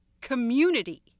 community